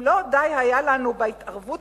אם לא די היה לנו בהתערבות